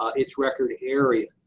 its record area.